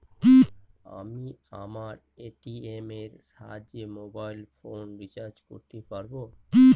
আমি আমার এ.টি.এম এর সাহায্যে মোবাইল ফোন রিচার্জ করতে পারব?